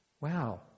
Wow